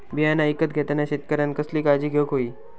बियाणा ईकत घेताना शेतकऱ्यानं कसली काळजी घेऊक होई?